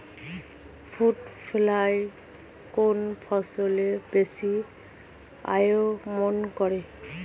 Fruit fly কোন ফসলে বেশি আক্রমন করে?